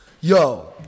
Yo